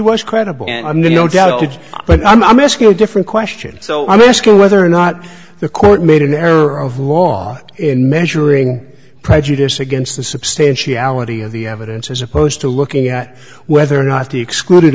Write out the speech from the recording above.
about it but i'm asking a different question so i'm asking whether or not the court made an error of law in measuring prejudice against the substantiality of the evidence as opposed to looking at whether or not the excluded